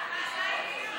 ההצעה להעביר